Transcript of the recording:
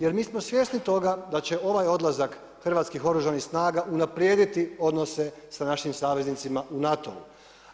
Jer mi smo svjesni toga da će ovaj odlazak hrvatskih Oružanih snaga unaprijediti odnose sa našim saveznicima u NATO-u.